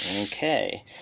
Okay